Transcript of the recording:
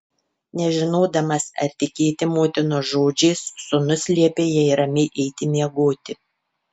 nežinodamas ar tikėti motinos žodžiais sūnus liepė jai ramiai eiti miegoti